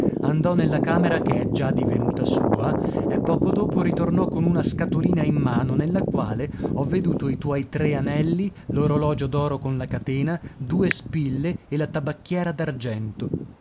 andò nella camera che è già divenuta sua e poco dopo ritornò con una scatolina in mano nella quale ho veduto i tuoi tre anelli l'orologio d'oro con la catena due spille e la tabacchiera